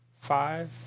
five